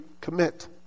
commit